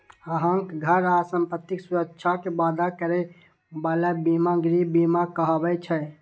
अहांक घर आ संपत्तिक सुरक्षाक वादा करै बला बीमा गृह बीमा कहाबै छै